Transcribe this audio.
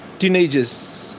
teenagers.